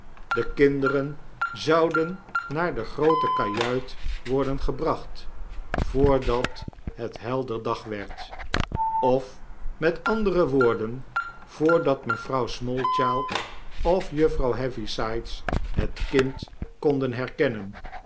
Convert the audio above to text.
de kinderen zouden naar de groote kajuit worden gebracht voordat het helder dag werd of met andere woorden voordat mevrouw smallchild of juffrouw heavysides het kind konden herkennnen